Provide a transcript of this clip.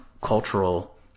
cultural